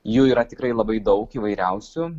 jų yra tikrai labai daug įvairiausių